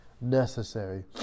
necessary